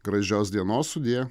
gražios dienos sudie